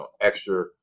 extra